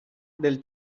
del